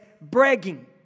bragging